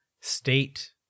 state